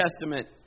Testament